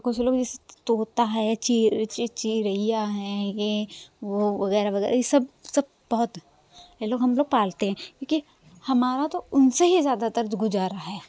कुछ लोग जैसे तोता हैं चिरइया हैं ये वो वगैरह वगैरह ये सब सब बहुत ये लोग हम लोग पालते हैं क्योंकि हमारा तो उनसे ही ज़्यादातर गुजारा है